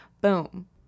Boom